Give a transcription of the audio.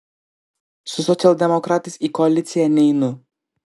su socialdemokratais į koaliciją neinu